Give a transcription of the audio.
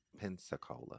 Pensacola